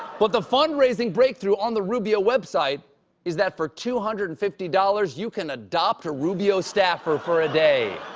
but the fund-raising breakthrough on the rubbio web site is that for two hundred and fifty dollars you can adopt a rubbio staffer for a day.